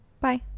Bye